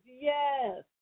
yes